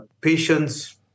patients